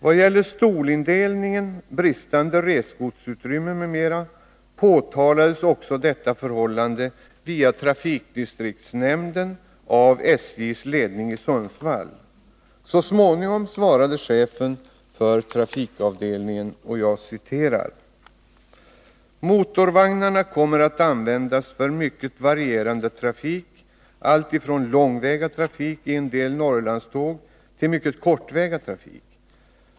Vad gäller stolindelning, bristande resgodsutrymmen m.m. påtalades missförhållandena också via trafikdistriktsnämnden av SJ:s ledning i Sundsvall. Så småningom svarade chefen för trafikavdelningen: ”Motorvagnarna kommer att användas för mycket varierande trafik alltifrån långväga trafik i en del norrlandståg till mycket kortväga trafik.